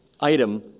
item